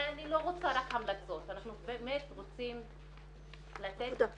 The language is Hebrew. ואני לא רוצה רק המלצות, אנחנו באמת רוצים לתת את